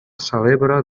celebra